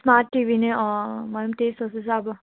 smart TV नै मैले पनि त्यही सोच्दैछु अब